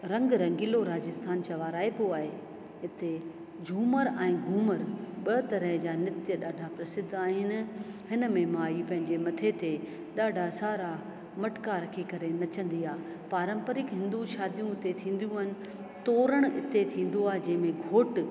रंग रंगीलो राजस्थान चवाराइबो आहे हिते झूमिरि ऐं घूमिरि ॿ तरह जा नृत्य ॾाढा प्रसिद्ध आहिनि हिन में माई पंहिंजे मथे ते ॾाढा सारा मटका रखी करे नचंदी आहे पारंपरिक हिंदू शादियूं हुते थींदियूं आहिनि तोरण हिते थींदो आहे जंहिंमें खोट